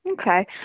okay